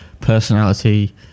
personality